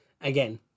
again